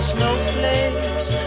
snowflakes